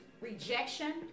rejection